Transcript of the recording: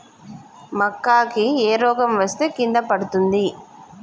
మక్కా కి ఏ రోగం వస్తే కింద పడుతుంది?